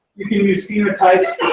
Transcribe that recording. you can use phenotypes